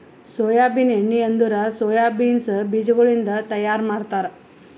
soybean ಎಣ್ಣಿ ಅಂದುರ್ soya beans ಬೀಜಗೊಳಿಂದ್ ತೈಯಾರ್ ಮಾಡ್ತಾರ